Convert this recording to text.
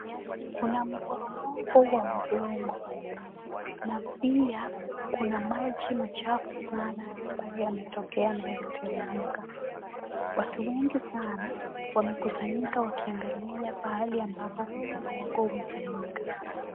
Kuna mporomoko wa udongo na pia kuna maji machafu sana ambayo yametokea na yanateremka. Watu wengi sana wamekusanyika wakiangalia pahali ambapo mporomoko umefanyika.